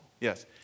Yes